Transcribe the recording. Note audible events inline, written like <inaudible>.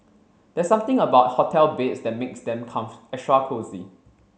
there's something about hotel beds that makes them <unintelligible> extra cosy